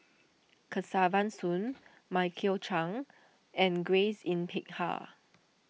Kesavan Soon Michael Chiang and Grace Yin Peck Ha